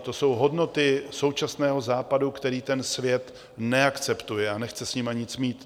To jsou hodnoty současného Západu, které ten svět neakceptuje a nechce s nimi nic mít.